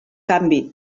canvi